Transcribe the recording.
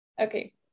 Okay